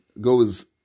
goes